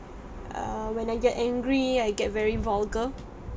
err when I get angry I get very vulgar